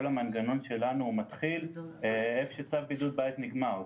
כל המנגנון שלנו מתחיל איפה שצו בידוד בית נגמר.